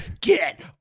Get